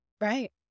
Right